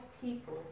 people